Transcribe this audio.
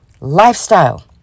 lifestyle